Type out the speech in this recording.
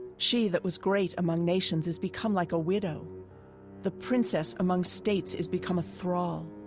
she that was great among nations has become like a widow the princess among states is become a thrall.